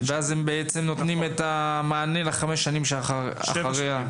והם נותנים את המענה לחמש השנים לאחר מכן.